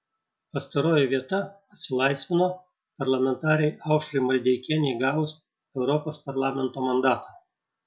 pastaroji vieta atsilaisvino parlamentarei aušrai maldeikienei gavus europos parlamento mandatą